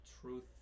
truth